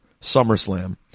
SummerSlam